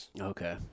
Okay